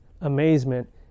amazement